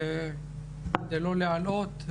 ואזור התעסוקה עידן הנגב שאני זימנתי.